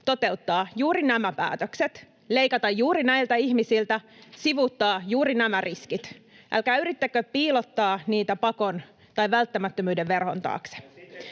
toteuttaa juuri nämä päätökset, leikata juuri näiltä ihmisiltä, sivuuttaa juuri nämä riskit. Älkää yrittäkö piilottaa niitä pakon tai välttämättömyyden verhon taakse.